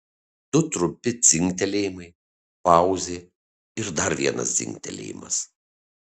du trumpi dzingtelėjimai pauzė ir dar vienas dzingtelėjimas